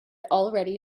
already